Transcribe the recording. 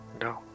no